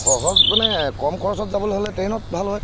সহজ মানে কম খৰচত যাবলৈ হ'লে ট্ৰেইনত ভাল হয়